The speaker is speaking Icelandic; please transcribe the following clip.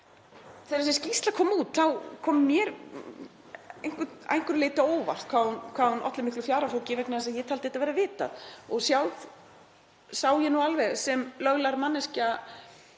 Þegar þessi skýrsla kom út þá kom mér að einhverju leyti á óvart hvað hún olli miklu fjaðrafoki vegna þess að ég taldi þetta vera vitað og sjálf sá ég alveg sem löglærð manneskja